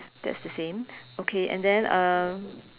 that's the same okay and then um